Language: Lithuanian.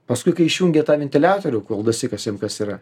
paskui kai išjungė tą ventiliatorių kol dasikasėm kas yra